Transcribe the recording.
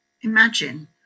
imagine